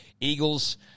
Eagles